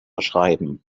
schreiben